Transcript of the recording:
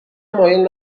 مایل